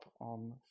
on